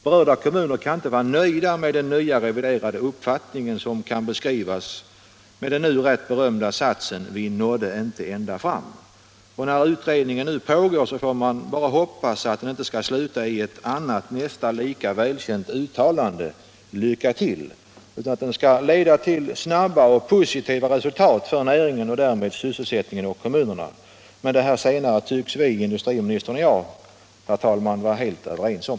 Berörda kommuner kan inte vara nöjda med den reviderade uppfattning som kan beskrivas med den nu rätt berömda satsen ”vi nådde inte ända fram”. När utredningen nu pågår får man bara hoppas att den inte skall sluta i det nästan lika välkända uttalandet ”lycka till”, utan att den skall leda till snabba och positiva resultat för näringen och därmed för sysselsättningen och kommunerna. Den senare förhoppningen tycks industriministern och jag dock vara helt överens om.